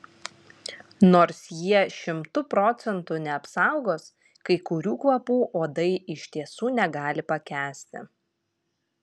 nors jie šimtu procentų neapsaugos kai kurių kvapų uodai iš tiesų negali pakęsti